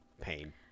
pain